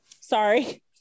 Sorry